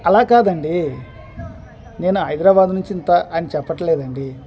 అలా కాదండి నేను హైదరాబాద్ నుంచి ఇంత అని చెప్పట్లేదు అండి